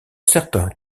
certains